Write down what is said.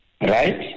Right